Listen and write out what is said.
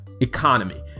economy